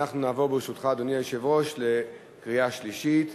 ברשותך, אנחנו נעבור לקריאה שלישית.